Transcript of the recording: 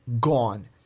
Gone